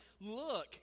Look